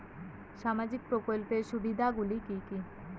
সামাজিক প্রকল্পের সুবিধাগুলি কি কি?